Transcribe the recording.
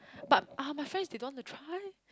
but uh my friends they don't want to try